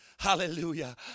Hallelujah